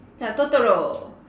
ya totoro